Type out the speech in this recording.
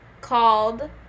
called